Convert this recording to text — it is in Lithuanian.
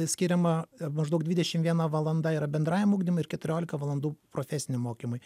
skiriama maždaug dvidešimt vieną valandą yra bendrajam ugdymui ir keturiolika valandų profesiniam mokymui